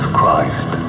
Christ